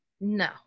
No